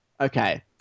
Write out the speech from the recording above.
Okay